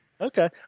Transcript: okay